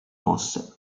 mosse